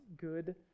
good